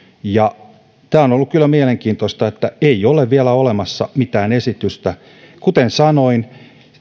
ja tämä on on ollut kyllä mielenkiintoista että ei ole vielä olemassa mitään esitystä kuten sanoin